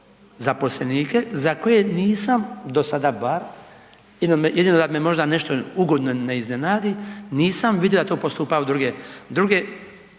zaposlenike za koje nisam do sada bar, jedino da me možda nešto ugodno ne iznenadi, nisam vidio da to postupaju druge